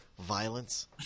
violence